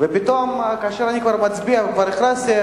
ופתאום כאשר אני כבר מצביע וכבר הכרזתי,